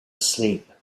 asleep